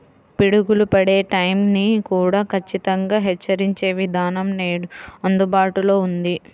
పిడుగులు పడే టైం ని కూడా ఖచ్చితంగా హెచ్చరించే విధానం నేడు అందుబాటులో ఉంది